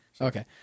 Okay